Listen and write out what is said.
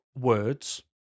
words